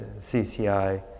CCI